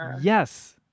yes